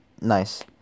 Nice